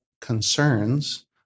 concerns